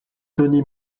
tony